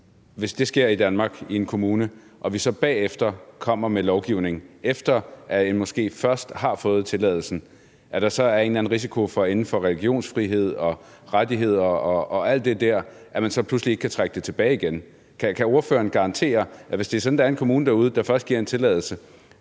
Hvis det sker i en kommune i Danmark og vi så kommer med lovgivning, efter at en moské først har fået tilladelsen, kan der så i lyset af religionsfrihed og rettigheder og alt det der være risiko for, at man så pludselig ikke kan trække det tilbage igen? Hvis det er sådan, at der er en kommune derude, der først giver en tilladelse,